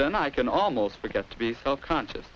then i can almost forget to be self conscious